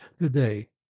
today